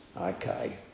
Okay